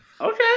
Okay